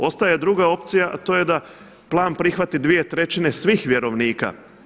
Ostaje druga opcija, a to je da plan prihvati 2/3 svih vjerovnika.